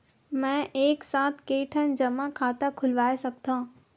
मैं एक साथ के ठन जमा खाता खुलवाय सकथव?